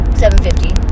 750